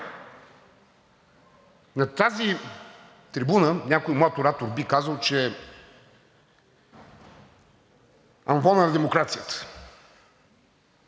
На тази трибуна някой млад оратор би казал, че е амвонът на демокрацията.